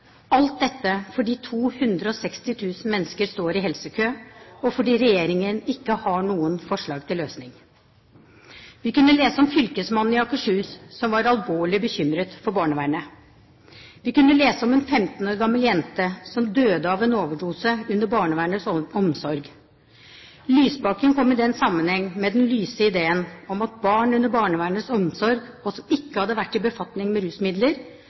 alt dette fordi 260 000 mennesker står i helsekø, og fordi regjeringen ikke har noen forslag til løsning. Vi kunne lese om fylkesmannen i Akershus som var alvorlig bekymret for barnevernet. Vi kunne lese om en 15 år gammel jente som døde av en overdose under barnevernets omsorg. Statsråd Lysbakken kom i den sammenheng med den lyse ideen at barn under barnevernets omsorg som ikke hadde vært i befatning med rusmidler,